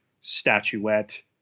statuette